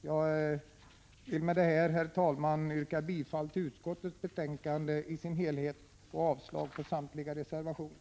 107 Med detta, herr talman, yrkar jag bifall till utskottets hemställan i dess helhet och avslag på samtliga reservationer.